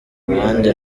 ruhande